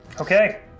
Okay